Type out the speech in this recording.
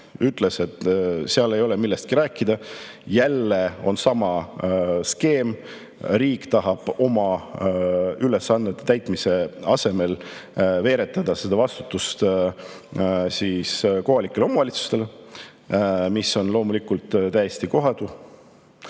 ütles, et seal ei ole millestki rääkida. Jälle on sama skeem, riik tahab oma ülesannete täitmise asemel veeretada vastutust kohalikele omavalitsustele, mis on loomulikult täiesti kohatu.